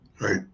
right